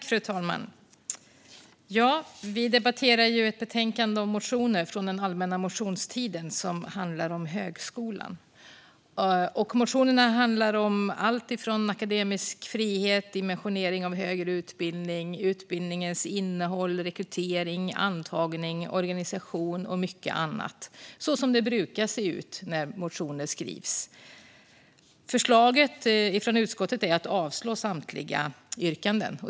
Fru talman! Vi debatterar ju ett betänkande om motioner från den allmänna motionstiden som handlar om högskolan. Motionerna handlar om alltifrån akademisk frihet, dimensionering av högre utbildning och utbildningens innehåll till rekrytering, antagning, organisation och mycket annat. Det är så det brukar se ut när motioner skrivs. Förslaget från utskottet är att avslå samtliga yrkanden.